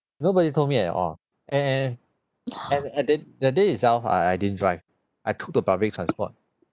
nobody told me at all and and and that that day itself I I didn't drive I took the public transport